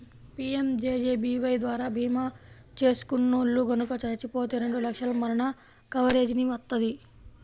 PMJJBY ద్వారా భీమా చేసుకున్నోల్లు గనక చచ్చిపోతే రెండు లక్షల మరణ కవరేజీని వత్తది